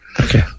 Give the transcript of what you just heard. Okay